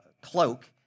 cloak